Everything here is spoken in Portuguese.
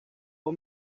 vou